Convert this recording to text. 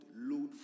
load